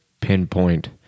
pinpoint